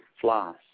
flaws